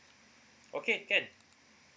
okay can